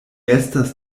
estas